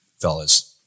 fellas